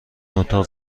اتاق